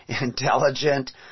intelligent